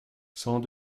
cent